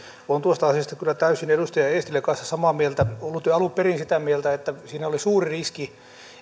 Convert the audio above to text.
olen tuosta asiasta kyllä täysin edustaja eestilän kanssa samaa mieltä ollut jo alun perin sitä mieltä että siinä oli suuri riski